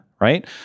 right